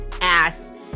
ass